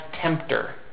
tempter